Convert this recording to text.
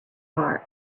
heart